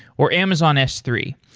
or amazon s three,